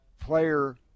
player